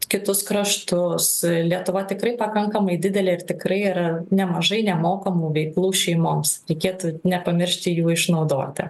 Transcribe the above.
kitus kraštus lietuva tikrai pakankamai didelė ir tikrai yra nemažai nemokamų veiklų šeimoms reikėtų nepamiršti jų išnaudoti